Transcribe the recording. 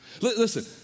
Listen